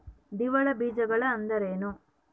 ದ್ವಿದಳ ಬೇಜಗಳು ಅಂದರೇನ್ರಿ?